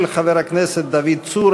של חבר הכנסת דוד צור.